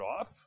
off